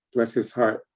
bless his heart,